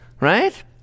right